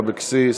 אבקסיס,